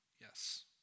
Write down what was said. Yes